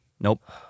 Nope